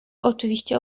oczywiście